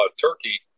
Turkey